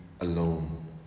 alone